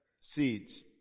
seeds